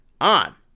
on